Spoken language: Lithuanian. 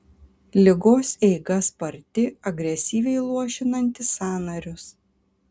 ligos eiga sparti agresyviai luošinanti sąnarius